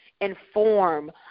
inform